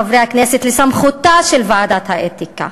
חברי הכנסת, בסמכותה של ועדת האתיקה.